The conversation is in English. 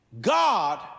God